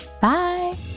Bye